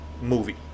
movie